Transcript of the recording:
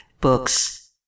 Books